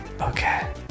Okay